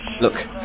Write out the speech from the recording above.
Look